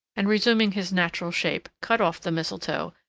and resuming his natural shape, cut off the mistletoe,